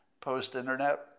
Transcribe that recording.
post-internet